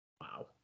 Wow